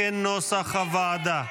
כנוסח הוועדה.